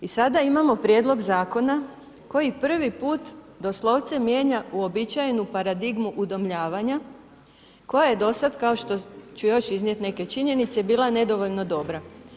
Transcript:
I sada imamo prijedlog zakona koji prvi put doslovce mijenja uobičajenu paradigmu udomljavanja koja je do sad, kao što ću još iznijet neke činjenice bila nedovoljno dobra.